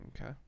Okay